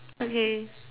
okay